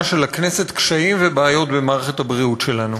של הכנסת קשיים ובעיות במערכת הבריאות שלנו.